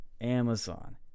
Amazon